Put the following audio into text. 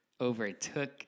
overtook